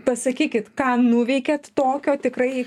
pasakykit ką nuveikėt tokio tikrai